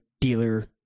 dealer